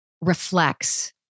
reflects